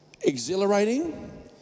exhilarating